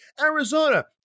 Arizona